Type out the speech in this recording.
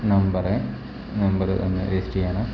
number number ഒന്നു register ചെയ്യണം